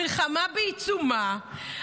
המלחמה בעיצומה,